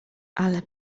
ale